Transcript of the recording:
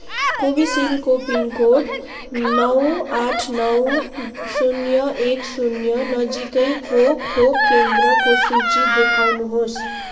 कोभिसिल्डको पिनकोड नौ आठ नौ शून्य एक शून्य नजिकैको खोप केन्द्रको सूची देखाउनुहोस्